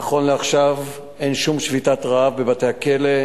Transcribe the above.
נכון לעכשיו אין שום שביתת רעב בבתי-הכלא,